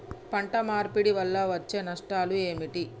పంట మార్పిడి వల్ల వచ్చే నష్టాలు ఏమిటి?